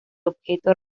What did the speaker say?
objeto